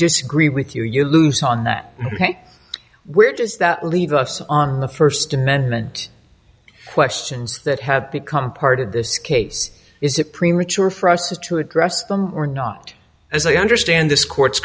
disagree with you you lose on that where does that leave us on the first amendment questions that have become part of this case is it premature for us to address them or not as i understand this court